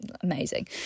amazing